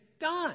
done